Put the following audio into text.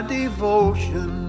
devotion